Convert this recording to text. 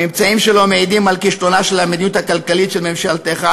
הממצאים שלו מעידים על כישלונה של המדיניות הכלכלית של ממשלתך,